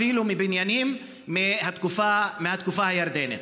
אפילו לבניינים מהתקופה הירדנית.